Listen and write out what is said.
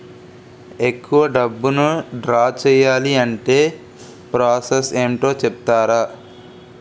ఎక్కువ డబ్బును ద్రా చేయాలి అంటే ప్రాస సస్ ఏమిటో చెప్తారా?